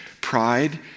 pride